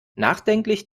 nachdenklich